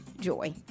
joy